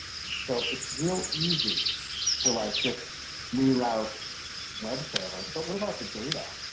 so it's real easy to like just reroute web servers. but what about the data?